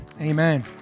Amen